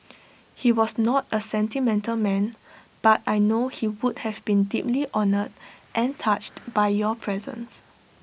he was not A sentimental man but I know he would have been deeply honoured and touched by your presence